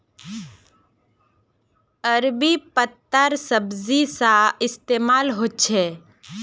अरबी पत्तार सब्जी सा इस्तेमाल होछे